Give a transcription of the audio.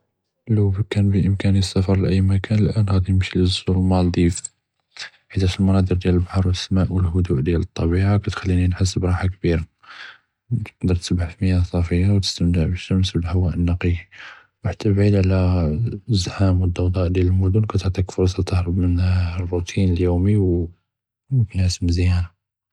לו כַּאן בַּאמְכָּאנִי אלסַفַר לְאֵי מָכּאן, גַּנמְשִי לַלמַלדִיף, חיתאש אלמַנַاظֵר דִיאל אלבַּחְר ו אלסּמָאא ו אלחָדֵء דִיאל אלטַבִּיעָה כִּתְחַלִּינִי כִּנחַס רַחַה כְּבִירָה, תִקְדַר תִסְבַּח פִי מִיָּאח סָאפִיָה ו תִסְבַּח פִי מַאא נַקִי, ו חָתָּה בְּעִיד עַלַא אלזַּחָאם ו אלדוּדּוּז ו דִיאל אלמֻדּוּן כִּתְעְטִינִי פְּרְסָה תִהְרַבּ מַלרוטִין אליּוְמִי ו תִנַעַס מְזִיַאן.